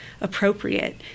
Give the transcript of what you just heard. appropriate